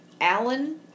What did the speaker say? Alan